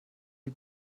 die